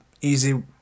easy